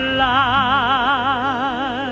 life